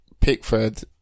Pickford